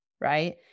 right